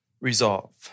resolve